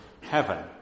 heaven